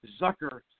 Zucker